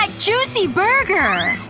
like juicy burger!